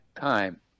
time